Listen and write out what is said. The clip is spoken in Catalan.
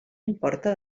importa